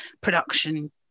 production